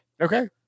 Okay